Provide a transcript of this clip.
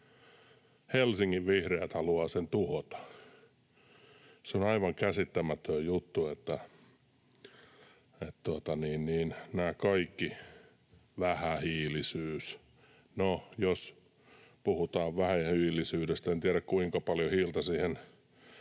Helsingin vihreät haluavat sen tuhota. Se on aivan käsittämätön juttu, että nämä kaikki: vähähiilisyys... No, jos puhutaan vähähiilisyydestä, en tiedä, kuinka paljon hiiltä siihen